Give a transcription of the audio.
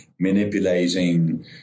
manipulating